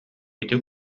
ити